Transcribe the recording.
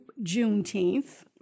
Juneteenth